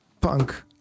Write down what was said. punk